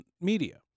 media